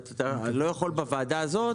אתה לא יכול לקבוע בוועדה הזאת,